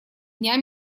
дня